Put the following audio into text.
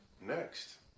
next